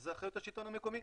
זו אחריות השלטון המקומי,